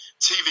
TV